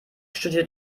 studiert